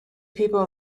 people